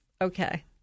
Okay